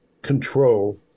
control